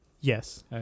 Yes